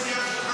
אתה לא ספגת,